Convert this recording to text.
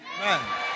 Amen